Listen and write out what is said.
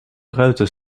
ruiten